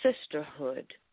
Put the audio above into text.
Sisterhood